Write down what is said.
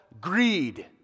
greed